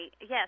Yes